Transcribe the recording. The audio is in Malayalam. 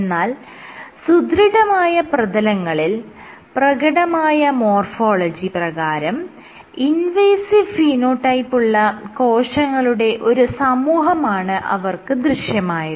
എന്നാൽ സുദൃഢമായ പ്രതലങ്ങളിൽ പ്രകടമായ മോർഫോളജി പ്രകാരം ഇൻവേസിവ് ഫീനോടൈപ്പുള്ള കോശങ്ങളുടെ ഒരു സമൂഹമാണ് അവർക്ക് ദൃശ്യമായത്